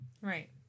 Right